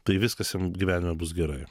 tai viskas jam gyvenime bus gerai